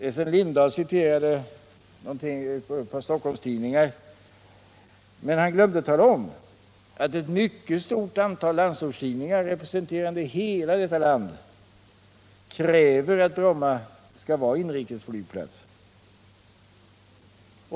Essen Lindahl citerade ett par Stockholmstidningar, men han glömde att tala om att ett mycket stort antal landsortstidningar representerande hela detta land kräver att Bromma skall vara inrikesflygplats.